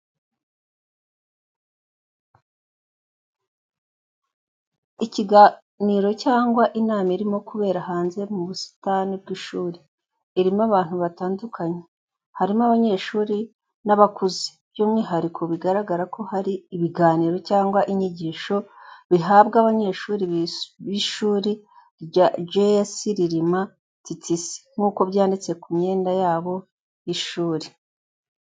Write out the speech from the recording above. Ikiganiro cyangwa inama irimo kubera hanze mu busitani bw’ishuri. Irimo abantu batandukanye, harimo abanyeshuri n’abakuze, by’umwihariko bigaragara ko hari ibiganiro cyangwa inyigisho bihabwa abanyeshuri b’ishuri rya GS RILIMA TSS nk’uko byanditse ku myenda yabo y’ishuri.